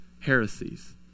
heresies